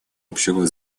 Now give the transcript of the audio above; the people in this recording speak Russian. общего